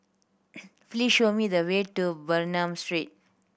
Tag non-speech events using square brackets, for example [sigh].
[noise] please show me the way to Bernam Street